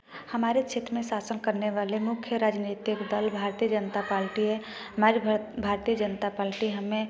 हमारे क्षेत्र में शासन करने वाले मुख्य राजनीतिक दल भारतीय जनता पार्टी है हमारे भारतीय जनता पार्टी हमें